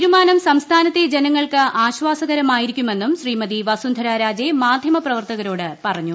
തീരുമാനം സംസ്ഥാനത്തെ ജനങ്ങൾക്ക് ആശ്വാസകരമായിക്കുമെന്നും ശ്രീമതി വസുന്ധര രാജെ മാധ്യമ പ്രവർത്തകരോട് പറഞ്ഞു